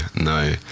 no